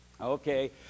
Okay